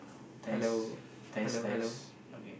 test test test okay